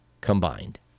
combined